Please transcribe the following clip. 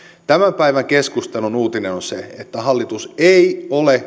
tämän päivän keskustelun uutinen on se että hallitus ei ole